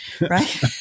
right